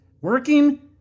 working